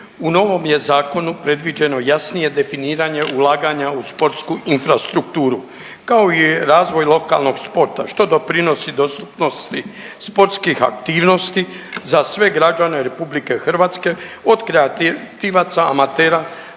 U novom je zakonu predviđeno jasnije definiranje ulaganja u sportsku infrastrukturu kao i razvoj lokalnog sporta što doprinosi dostupnosti sportskih aktivnosti za sve građane RH od kreativaca amatera